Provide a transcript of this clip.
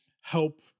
help